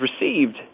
received